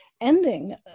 ending